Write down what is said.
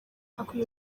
akwiye